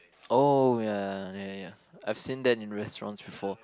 oh ya ya ya I've seen them in restaurants before